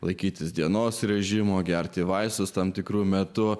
laikytis dienos režimo gerti vaistus tam tikru metu